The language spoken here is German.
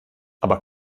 aber